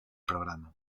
programa